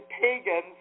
pagans